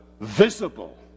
visible